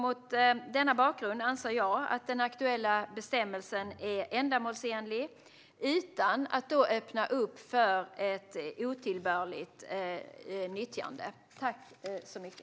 Mot denna bakgrund anser jag att den aktuella bestämmelsen är ändamålsenlig utan att öppna för ett otillbörligt utnyttjande.